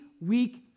week